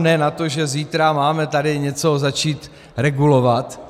Ne na to, že zítra máme tady něco začít regulovat.